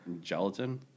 gelatin